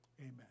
amen